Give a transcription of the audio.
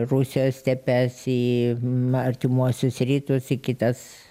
rusijos stepes į m artimuosius rytus į kitas